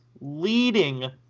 leading